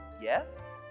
yes